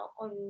on